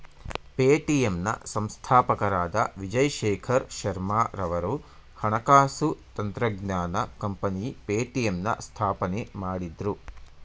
Paytm ನ ಸಂಸ್ಥಾಪಕರಾದ ವಿಜಯ್ ಶೇಖರ್ ಶರ್ಮಾರವರು ಹಣಕಾಸು ತಂತ್ರಜ್ಞಾನ ಕಂಪನಿ ಪೇಟಿಎಂನ ಸ್ಥಾಪನೆ ಮಾಡಿದ್ರು